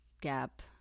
gap